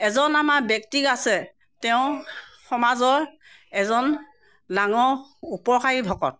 এজন আমাৰ ব্যক্তিক আছে তেওঁ সমাজৰ এজন ডাঙৰ উপকাৰী ভকত